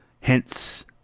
hence